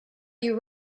you